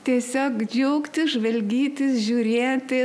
tiesiog džiaugtis žvalgytis žiūrėti